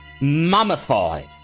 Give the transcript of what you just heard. mummified